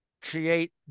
create